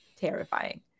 terrifying